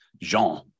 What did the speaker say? Jean